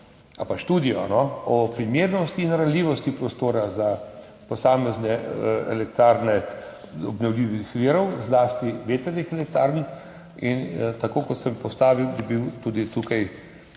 študijo o primernosti in ranljivosti prostora za posamezne elektrarne obnovljivih virov, zlasti vetrnih elektrarn. Tako kot sem postavil, bi bil tudi tukaj,